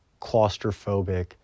claustrophobic